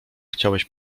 chciałeś